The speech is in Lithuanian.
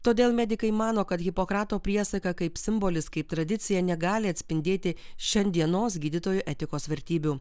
todėl medikai mano kad hipokrato priesaika kaip simbolis kaip tradicija negali atspindėti šiandienos gydytojų etikos vertybių